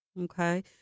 Okay